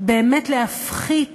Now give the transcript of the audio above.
באמת להפחית